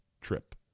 trip